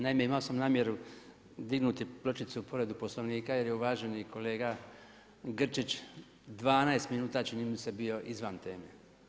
Naime, imao sam namjeru dići pločicu povredu Poslovnika jer je uvaženi kolega Grčić 12 minuta čini mi se bio izvan teme.